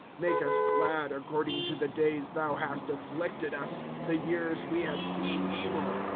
make us glad according to the days thou hast afflicted us, the years we have seen evil.